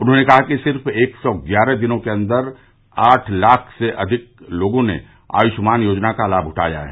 उन्होंने कहा कि सिर्फ़ एक सौ ग्यारह दिनों के अंदर आठ लाख से अधिक लोगों ने आयुष्मान योजना का लाम उठाया है